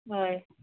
हय